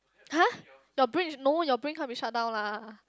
[huh] your brain no your brain can't be shut down lah